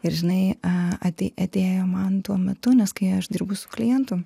ir žinai a at atėjo man tuo metu nes kai aš dirbu su klientu